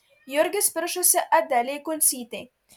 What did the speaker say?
jurgis piršosi adelei kuncytei